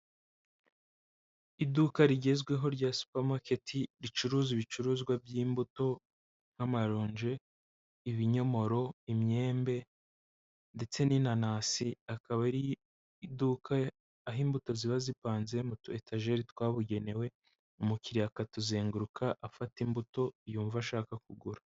Iduka rigezweho rya Super market ricuruza ibicuruzwa by'imbuto nk'amaronji, ibinyomoro, imyembe ndetse n'inanasi, akaba ari iduka aho imbuto ziba zipanze mu tu etajeri twabugenewe, umukiriya akatuzenguruka afata imbuto yumva ashaka kugura.